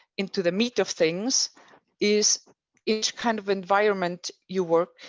into the meat of things is each kind of environment you work